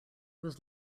was